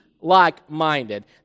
like-minded